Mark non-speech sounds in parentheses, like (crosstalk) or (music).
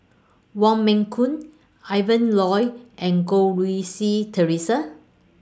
Wong Meng (unintelligible) Ian Loy and Goh Rui Si Theresa